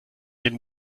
den